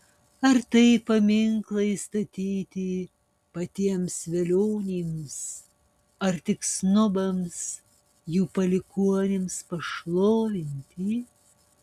ar tai paminklai statyti patiems velioniams ar tik snobams jų palikuonims pašlovinti